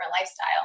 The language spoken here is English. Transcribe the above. lifestyle